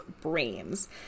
brains